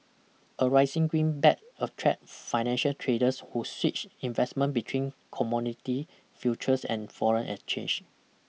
a rising greenback attracts financial traders who switch investment between commodity futures and foreign exchange